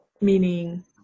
meaning